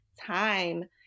time